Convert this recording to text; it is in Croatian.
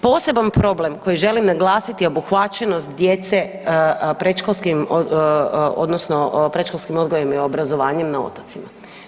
Poseban problem koji želim naglasiti je obuhvaćenost djece predškolskim odnosno predškolskim odgojem i obrazovanjem na otocima.